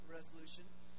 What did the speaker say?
resolutions